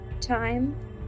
time